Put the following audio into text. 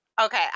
Okay